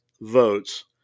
votes